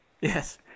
Yes